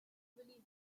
usually